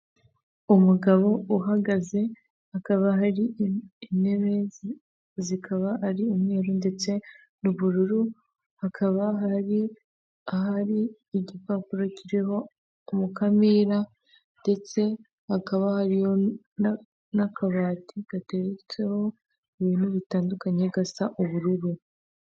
Umugabo uhagaze hakaba hari intebe zikaba ari umweru ndetse n'ubururu, hakaba hari ahari igipapuro kiriho mukamira ndetse hakaba hari n'akabati gateretseho ibintuintu bitandukanye gasa ubururu.